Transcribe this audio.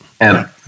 And-